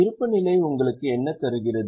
இருப்புநிலை உங்களுக்கு என்ன தருகிறது